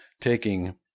taking